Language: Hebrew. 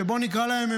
שבוא נקרא להן,